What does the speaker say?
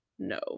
no